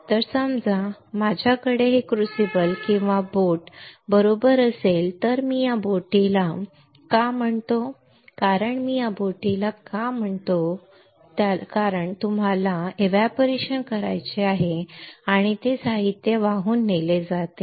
तर समजा माझ्याकडे हे क्रूसिबल किंवा बोट बरोबर असेल तर मी या बोटीला का म्हणतो कारण मी या बोटीला का म्हणतो कारण त्यात तुम्हाला एव्हपोरेशन करायचे आहे ते साहित्य वाहून नेले जाते